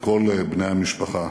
וכל בני המשפחה,